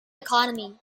economy